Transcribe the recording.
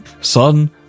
Son